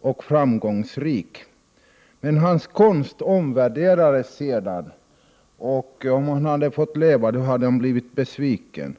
och framgångsrik. Men hans konst omvärderades sedan, och om han hade fått leva hade han blivit besviken.